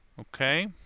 Okay